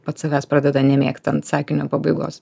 pats savęs pradeda nemėgt ant sakinio pabaigos